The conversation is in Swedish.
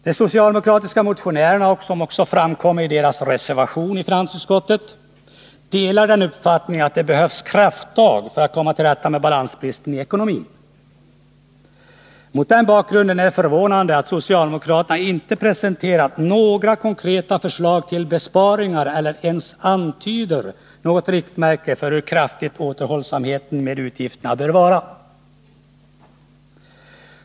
De socialdemokratiska motionärerna och reservanterna i finansutskottet delar den uppfattningen att det behövs krafttag för att komma till rätta med balansbristerna i ekonomin. Mot den bakgrunden är det förvånande att socialdemokraterna inte presenterar några konkreta förslag till besparingar eller ens antyder något riktmärke för hur kraftig återhållsamheten med utgifterna bör vara.